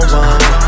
one